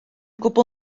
gwbl